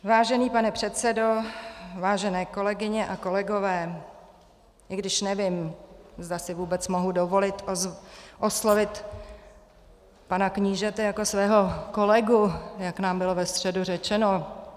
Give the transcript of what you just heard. Vážený pane předsedo, vážené kolegyně a kolegové i když nevím, zda si vůbec mohu dovolit oslovit pana knížete jako svého kolegu, jak nám bylo ve středu řečeno.